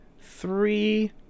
Three